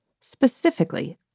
specifically